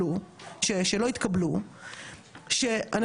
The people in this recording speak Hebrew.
שאנחנו חושבים שצריך להיות הוראה גורפת.